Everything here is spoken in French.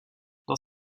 dans